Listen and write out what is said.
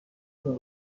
تان